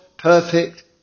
Perfect